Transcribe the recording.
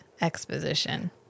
exposition